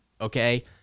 Okay